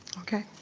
okay.